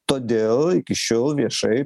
todėl iki šiol viešai